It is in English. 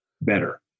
better